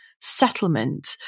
settlement